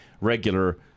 regular